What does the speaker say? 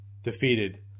Defeated